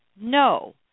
No